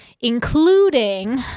including